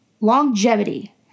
longevity